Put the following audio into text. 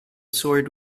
sword